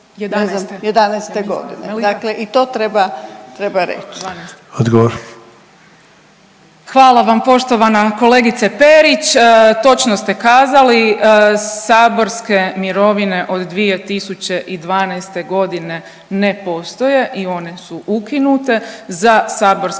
Odgovor. **Burić, Majda (HDZ)** Hvala vam poštovana kolegice Perić. Točno ste kazali. Saborske mirovine od 2012. g. ne postoje i one su ukinute za saborske zastupnike